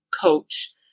coach